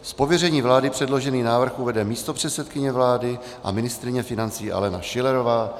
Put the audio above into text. Z pověření vlády předložený návrh uvede místopředsedkyně vlády a ministryně financí Alena Schillerová.